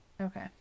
Okay